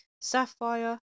Sapphire